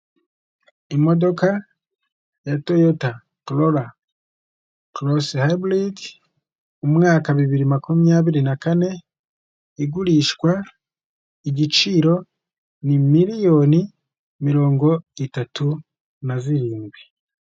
Imodoka ya toyota korora korosi hayiburidi, umwaka bibiri makumyabiri na kane igurishwa, igiciro ni miliyoni mirongo itatu na zirindwi.